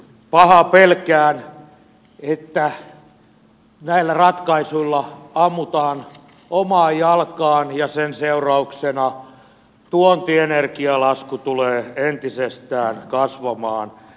pahaa pelkään että näillä ratkaisuilla ammutaan omaan jalkaan ja sen seurauksena tuontienergialasku tulee entisestään kasvamaan